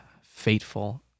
fateful